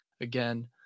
again